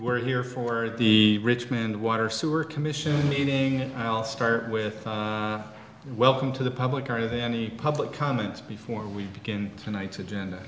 we're here for the richmond water sewer commission meeting and i'll start with welcome to the public are there any public comments before we begin tonight agenda